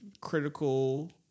critical